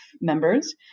members